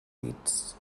dits